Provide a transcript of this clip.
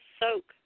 soak